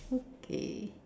okay